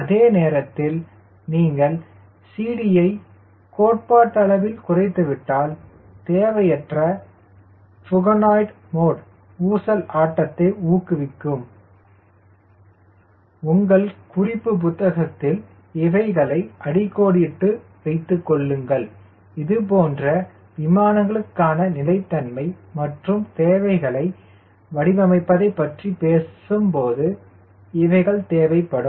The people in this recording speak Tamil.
அதே நேரத்தில் நீங்கள் CD0ஐ கோட்பாட்டளவில் குறைத்து விட்டால் தேவையற்ற ஃபுகாய்டு மோடு ஊசல் ஆட்டத்தை ஊக்குவிக்கும் உங்கள் குறிப்பு புத்தகத்தில் இவைகளை அடிக்கோடிட்டுக் வைத்துக்கொள்ளுங்கள் இதுபோன்ற விமானங்களுக்கான நிலைத்தன்மை மற்றும் தேவைகளை வடிவமைப்பதைப் பற்றி பார்க்கும்போது இவைகள் தேவைப்படும்